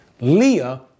Leah